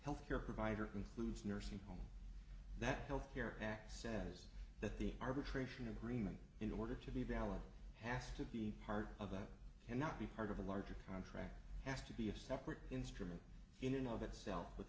healthcare provider concludes nursing home that health care act says that the arbitration agreement in order to be valid has to be part of that cannot be part of a larger contract has to be a separate instrument in and of itself with